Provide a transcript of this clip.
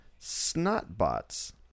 snotbots